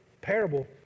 parable